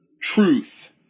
truth